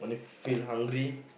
feel hungry